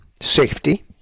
safety